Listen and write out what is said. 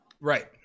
Right